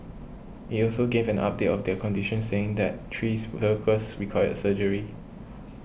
it also gave an update of their condition saying that three workers required surgery